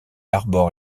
arbore